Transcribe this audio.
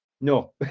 No